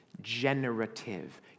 generative